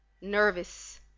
Nervous